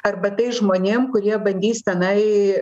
arba tais žmonėm kurie bandys tenai